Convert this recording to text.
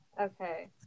Okay